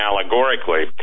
allegorically